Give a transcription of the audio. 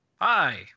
Hi